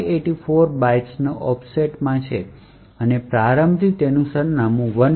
તેથી આ 584 બાઇટ્સના ઓફસેટમાં છે અને પ્રારંભથી તેનું સરનામું 1584 છે